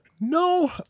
No